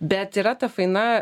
bet yra ta faina